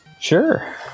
Sure